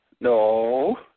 No